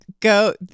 go